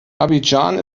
abidjan